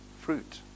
fruit